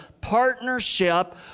partnership